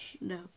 No